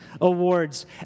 Awards